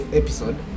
episode